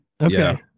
okay